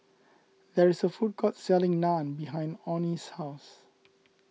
there is a food court selling Naan behind Onie's house